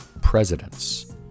presidents